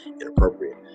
inappropriate